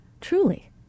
Truly